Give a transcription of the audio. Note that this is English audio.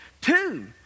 two